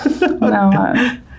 No